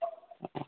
ꯑꯣ